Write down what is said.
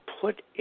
put